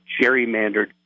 gerrymandered